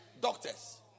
doctors